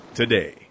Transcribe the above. today